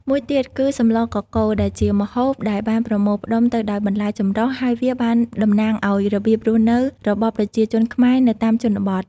មួយទៀតគឺ សម្លរកកូរ ដែលជាម្ហូបដែលបានប្រមូលផ្តុំទៅដោយបន្លែចម្រុះ ហើយវាបានតំណាងឱ្យរបៀបរស់នៅរបស់ប្រជាជនខ្មែរនៅតាមជនបទ។